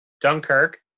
Dunkirk